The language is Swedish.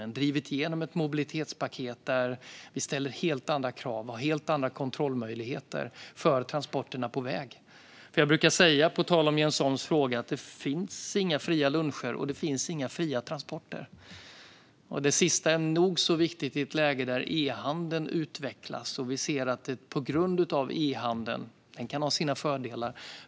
Vi har drivit igenom ett mobilitetspaket där vi ställer helt andra krav och har helt andra kontrollmöjligheter för transporterna på väg. På tal om Jens Holms fråga brukar jag säga att det finns inga fria luncher, och det finns inga fria transporter. Det sista är nog så viktigt i ett läge där e-handeln utvecklas och vi ser att vi på grund av det får fler transporter.